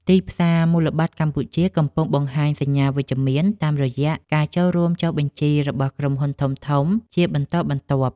ទីផ្សារមូលបត្រកម្ពុជាកំពុងបង្ហាញសញ្ញាវិជ្ជមានតាមរយៈការចូលរួមចុះបញ្ជីរបស់ក្រុមហ៊ុនធំៗជាបន្តបន្ទាប់។